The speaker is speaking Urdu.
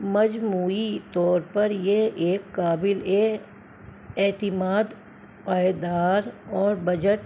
مجموعی طور پر یہ ایک قابل اعتماد پائدار اور بجٹ